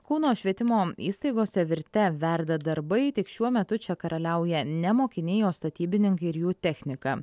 kauno švietimo įstaigose virte verda darbai tik šiuo metu čia karaliauja ne mokiniai o statybininkai ir jų technika